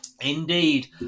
Indeed